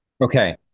okay